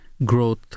growth